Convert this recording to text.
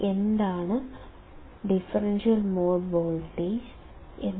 എന്താണ് differential mode voltage